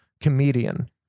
comedian